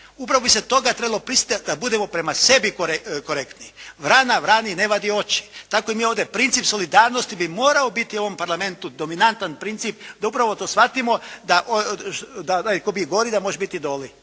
upravo bi se toga trebalo prisjetiti da budemo prema sebi korektni. "Vrana vrani ne vadi oči.", tako i mi ovdje princip solidarnosti bi morao biti u ovom parlamentu dominantan princip da upravo to shvatimo da tko bi gori da može biti i doli,